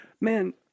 Man